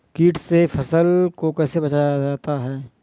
कीट से फसल को कैसे बचाया जाता हैं?